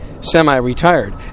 semi-retired